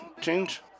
Change